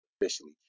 officially